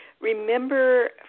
remember